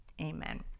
Amen